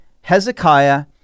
Hezekiah